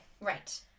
Right